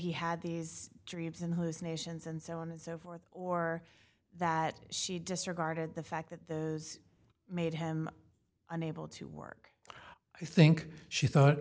he had these dreams and whose nations and so on and so forth or that she disregarded the fact that those made him unable to work i think she thought